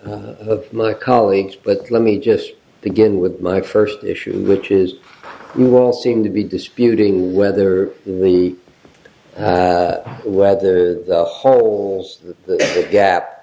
of my colleagues but let me just begin with my first issue which is who all seem to be disputing whether the whether the whole the gap